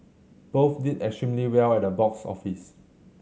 both did extremely well at the box office